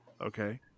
Okay